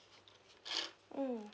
mm